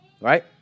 Right